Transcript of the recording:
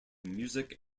music